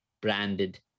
branded